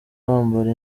bambara